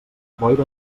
boira